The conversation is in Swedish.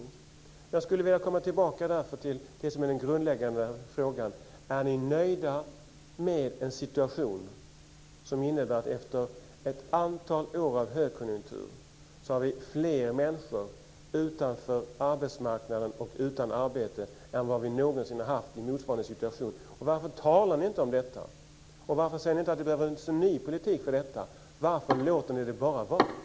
Jag skulle därför vilja komma tillbaka till den grundläggande frågan: Är ni nöjda med den situation som innebär att vi efter ett antal år av högkonjunktur har fler människor utanför arbetsmarknaden och utan arbete än vad vi någonsin har haft i motsvarande situation? Varför talar ni inte om detta, och varför säger ni inte att det behövs en ny politik för detta? Varför låter ni det bara vara?